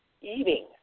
eating